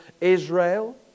Israel